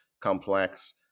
complex